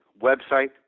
website